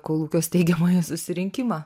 kolūkio steigiamąjį susirinkimą